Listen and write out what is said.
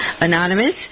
Anonymous